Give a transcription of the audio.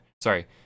sorry